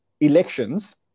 elections